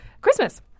Christmas